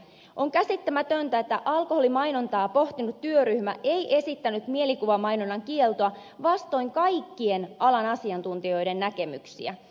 on käsittämätöntä että alkoholimainontaa pohtinut työryhmä ei esittänyt mielikuvamainonnan kieltoa vastoin kaikkien alan asiantuntijoiden näkemyksiä